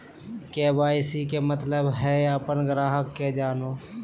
KYC के मतलब हइ अपन ग्राहक के जानो